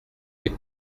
les